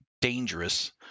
dangerous